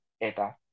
ETA